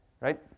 right